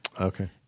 Okay